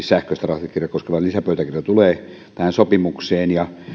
sähköistä rahtikirjaa koskeva lisäpöytäkirja tulee tähän sopimukseen ja